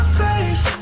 face